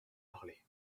parlé